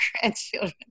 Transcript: grandchildren